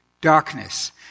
darkness